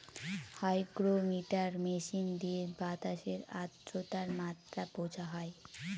hygrometer machine দিয়ে বাতাসের আদ্রতার মাত্রা বোঝা হয়